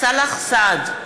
(קוראת בשמות חברי הכנסת)